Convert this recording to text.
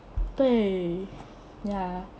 对 ya